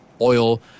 oil